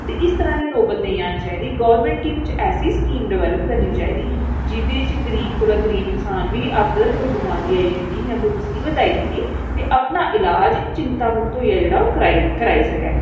ते इस्स तरह दी नौबत नेईं आना चाहिदी गोरमैंट गी कोई ऐसी स्कीम ड़वैलप करनी चाहिदी जेह्दे च गरीब गरीब कोला इन्सान अगर कोई बिमारी आई जंदी मुसीबत्त आई जंदी ते अपना इलाज चिंता मुक्त होइयै ओह् कराई सकै